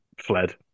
Fled